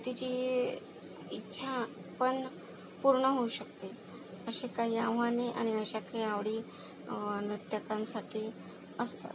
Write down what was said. तिची इच्छा पण पूर्ण होऊ शकते अशी काही आव्हाने आणि अशा काही आवडी नृत्यकांसाठी असतात